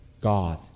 God